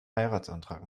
heiratsantrag